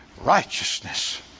righteousness